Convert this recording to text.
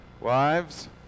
Wives